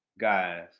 guys